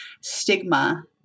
stigma